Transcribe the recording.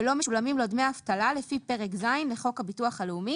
ולא משולמים לו דמי אבטלה לפי פרק ז' לחוק הביטוח הלאומי".